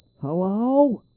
Hello